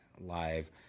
live